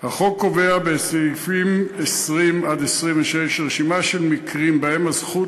החוק קובע בסעיפים 20 26 רשימה של מקרים שבהם הזכות